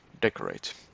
decorate